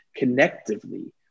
connectively